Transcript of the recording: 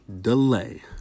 delay